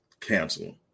cancel